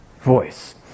voice